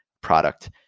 product